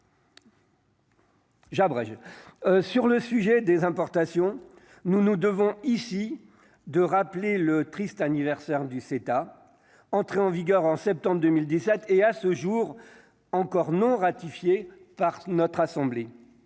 sur le sujet des importations, nous nous devons ici de rappeler le triste anniversaire du CETA entrer en vigueur en septembre 2017 et, à ce jour encore non ratifié par notre assemblée,